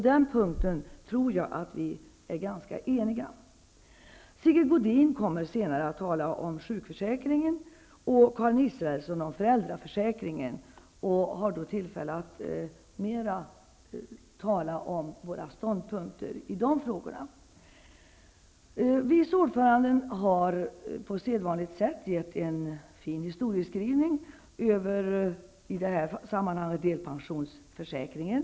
Jag tror att vi är ganska eniga på den punkten. Sigge Godin kommer senare att tala om sjukförsäkringen och Karin Israelsson om föräldraförsäkringen. Vi får därmed tillfälle att mera tala om våra ståndpunkter i de frågorna. Utskottets vice ordförande har på sedvanligt sätt gett oss en fin historiebeskrivning i det här sammanhanget av delpensionsförsäkringen.